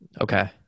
Okay